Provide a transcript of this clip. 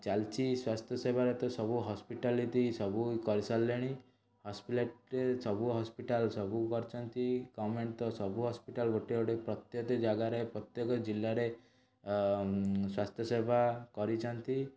ଚାଲିଛି ସ୍ଵାସ୍ଥ୍ୟସେବାରେ ତ ସବୁ ହସ୍ପିଟାଲିଟି ସବୁ କରିସାରିଲେଣି ସବୁ ହସ୍ପିଟାଲ୍ ସବୁ କରିଛନ୍ତି ଗଭ୍ମେଣ୍ଟ୍ ତ ସବୁ ହସ୍ପିଟାଲ୍ ଗୋଟେ ଗୋଟେ ପ୍ରତ୍ୟେକ ଜାଗାରେ ପ୍ରତ୍ୟେକ ଜିଲ୍ଲାରେ ସ୍ଵାସ୍ଥ୍ୟସେବା କରିଛନ୍ତି